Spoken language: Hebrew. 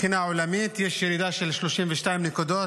מהבחינה העולמית, יש ירידה של 32 נקודות